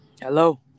Hello